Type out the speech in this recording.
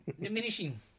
diminishing